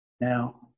Now